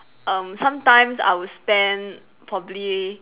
um sometimes I would spend probably